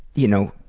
you know,